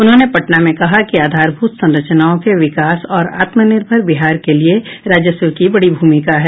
उन्होंने पटना में कहा कि आधारभूत संरचनाओं के विकास और आत्मनिर्भर बिहार के लिए राजस्व की बड़ी भूमिका है